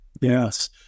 Yes